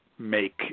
make